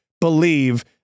believe